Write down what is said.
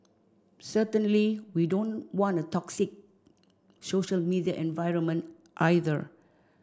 certainly we don't want a toxic social media environment either